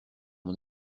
mon